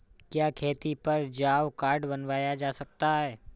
क्या खेती पर जॉब कार्ड बनवाया जा सकता है?